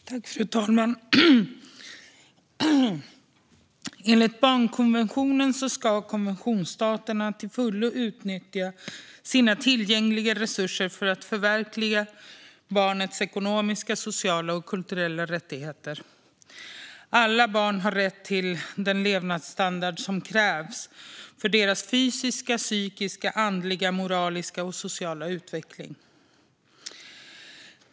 Fru talman! Enligt barnkonventionen ska konventionsstaterna till fullo utnyttja sina tillgängliga resurser för att förverkliga barnets ekonomiska, sociala och kulturella rättigheter. Alla barn har rätt till den levnadsstandard som krävs för deras fysiska, psykiska, andliga, moraliska och sociala utveckling.